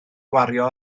gwario